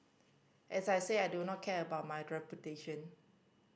as I said I do not care about my reputation